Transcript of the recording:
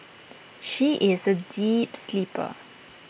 she is A deep sleeper